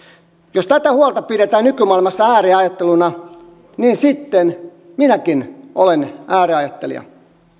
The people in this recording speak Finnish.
jos tätä huolta pidetään nykymaailmassa ääriajatteluna niin sitten minäkin olen ääriajattelija